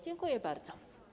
Dziękuję bardzo.